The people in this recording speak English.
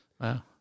Wow